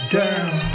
down